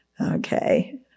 okay